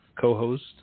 co-host